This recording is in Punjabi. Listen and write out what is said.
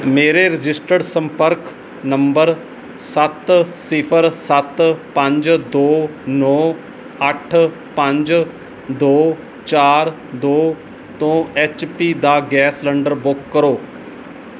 ਮੇਰੇ ਰਜਿਸਟਰਡ ਸੰਪਰਕ ਨੰਬਰ ਸੱਤ ਸਿਫਰ ਸੱਤ ਪੰਜ ਦੋ ਨੌ ਅੱਠ ਪੰਜ ਦੋ ਚਾਰ ਦੋ ਤੋਂ ਐੱਚ ਪੀ ਦਾ ਗੈਸ ਸਿਲੰਡਰ ਬੁੱਕ ਕਰੋ